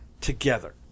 together